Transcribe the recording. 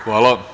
Hvala.